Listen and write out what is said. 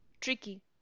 Tricky